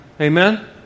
Amen